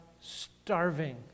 starving